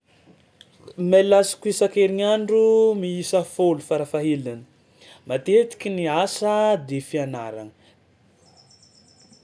Mail azoko isan-kerignandro miisa fôlo farafahahelany, matetiky ny asa de fianaragna.